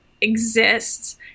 exists